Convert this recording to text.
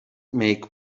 make